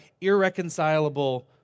irreconcilable